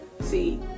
See